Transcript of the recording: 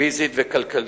פיזית וכלכלית.